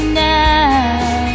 now